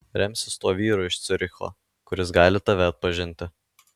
remsis tuo vyru iš ciuricho kuris gali tave atpažinti